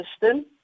system